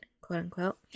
quote-unquote